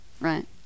right